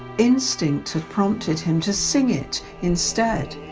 instinct had prompted him to sing it instead,